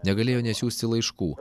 negalėjo nesiųsti laiškų